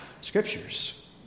scriptures